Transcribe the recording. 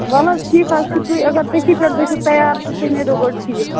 وَلہٕ حظ ٹھیٖک حظ چھُ تُہۍ اَگر تٔتھی پٮ۪ٹھ گٔژھِو تیار تہٕ تَمے دۄہ گوٚو ٹھیٖک